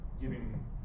giving